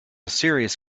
serious